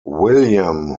william